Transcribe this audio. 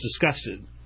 disgusted